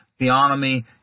theonomy